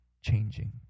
changing